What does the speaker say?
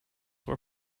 were